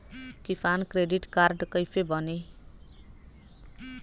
किसान credit card कइसे बानी?